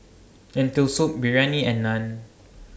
Lentil Soup Biryani and Naan